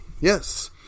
yes